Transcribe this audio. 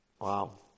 Wow